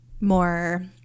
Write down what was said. more